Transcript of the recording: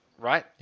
right